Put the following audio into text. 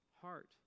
heart